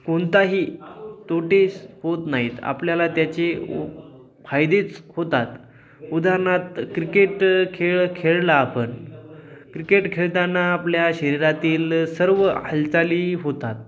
कोणताही त्रूटीस होत नाहीत आपल्याला त्याचे फायदेच होतात उदाहरणार्थ क्रिकेट खेळ खेळला आपण क्रिकेट खेळताना आपल्या शरीरातील सर्व हालचाली होतात